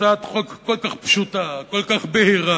הצעת חוק כל כך פשוטה, כל כך בהירה,